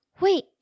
Wait